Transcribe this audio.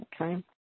Okay